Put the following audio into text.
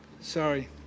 Sorry